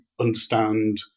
understand